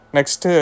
Next